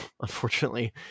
Unfortunately